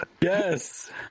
Yes